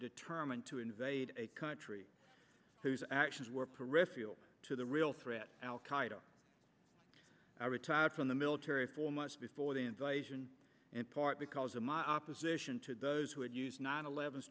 determined to invade a country whose actions were peripheral to the real threat al qaida i retired from the military four months before the invasion in part because of my opposition to those who would use nine eleven